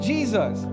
Jesus